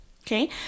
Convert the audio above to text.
Okay